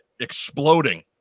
exploding